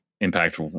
impact